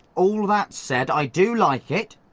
all that said, i do like it.